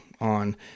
on